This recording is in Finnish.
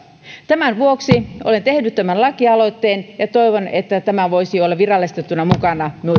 tämän vuoksi olen tehnyt tämän lakialoitteen ja toivon että tämä voisi olla virallistettuna mukana